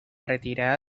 retirada